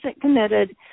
committed